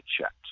checked